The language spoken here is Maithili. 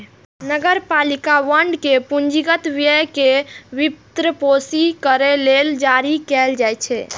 नगरपालिका बांड पूंजीगत व्यय कें वित्तपोषित करै लेल जारी कैल जाइ छै